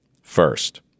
First